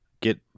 get